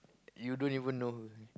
you don't even know her